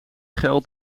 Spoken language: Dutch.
geld